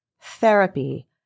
therapy